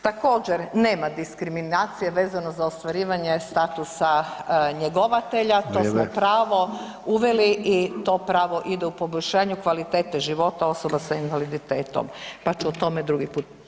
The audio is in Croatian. Također, nema diskriminacije vezano za ostvarivanje statusa njegovatelja [[Upadica: Vrijeme.]] to smo pravo uveli i to pravo ide u poboljšanju kvalitete života osoba sa invaliditetom pa ću o tome drugi put.